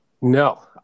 No